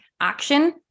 action